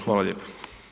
Hvala lijepo.